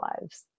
lives